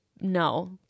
no